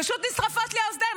פשוט נשרפות לי האוזניים,